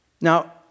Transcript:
Now